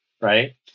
right